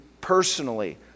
personally